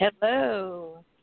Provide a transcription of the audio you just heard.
Hello